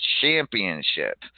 Championship